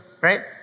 right